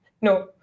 No